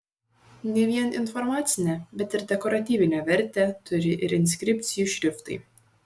ne vien informacinę bet ir dekoratyvinę vertę turi ir inskripcijų šriftai